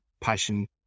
passion